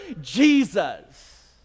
Jesus